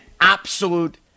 absolute